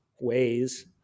ways